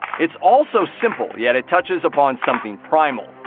it's all so simple, yet it touches upon something primal.